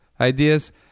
ideas